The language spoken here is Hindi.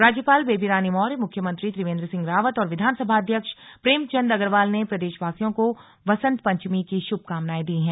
राज्यपाल बेबीरानी मौर्य मुख्यमंत्री त्रिवेंद्र सिंह रावत और विधानसभा अध्यक्ष प्रेमचंद अग्रवाल ने प्रदेशवासियों को वसंत पंचमी की शुभकामनाएं दी हैं